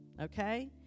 okay